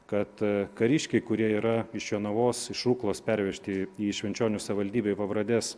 kad kariškiai kurie yra iš jonavos iš ruklos pervežti į švenčionių savivaldybėj pabradės